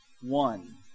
one